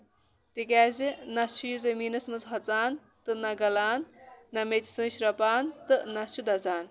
تِکیازِ نہ چھُ یہِ زمیٖنَس منٛز ہۄژان تہٕ نہ گَلان نہ میژِ سۭتۍ شرۄپان تہٕ نہ چھُ دَزان